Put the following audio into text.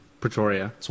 Pretoria